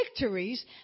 victories